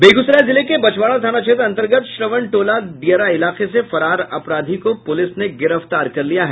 बेगूसराय जिले के बछवारा थाना क्षेत्र अंतर्गत श्रवण टोला दियारा इलाके से फरार अपराधी को पुलिस ने गिरफ्तार कर लिया है